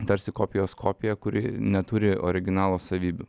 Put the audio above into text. tarsi kopijos kopija kuri neturi originalo savybių